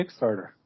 Kickstarter